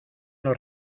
los